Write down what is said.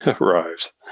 arrives